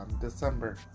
December